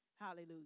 Hallelujah